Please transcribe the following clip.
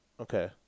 Okay